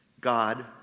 God